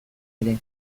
ere